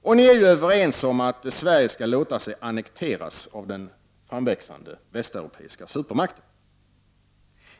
Och ni är ju överens om att Sverige skall låta sig annekteras av den framväxande västeuropeiska supermakten.